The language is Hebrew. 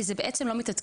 כי זה בעצם לא מתעדכן.